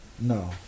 No